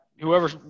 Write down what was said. whoever